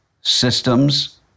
systems